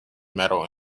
metal